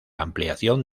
ampliación